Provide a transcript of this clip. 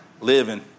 living